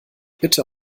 bitte